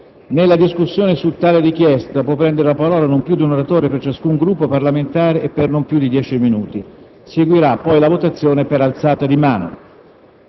Ricordo che su tale richiesta può prendere la parola non più di un oratore per ciascun Gruppo parlamentare e per non più di dieci minuti. Seguirà poi la votazione per alzata di mano.